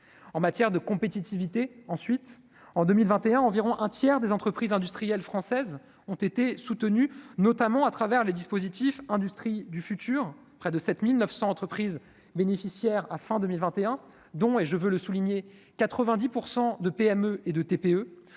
en matière de compétitivité ensuite en 2021 environ un tiers des entreprises industrielles françaises ont été soutenus, notamment à travers les dispositifs industrie du futur, près de 7900 entreprises bénéficiaires à fin 2021 dont et je veux le souligner 90 pour 100 de PME et de TPE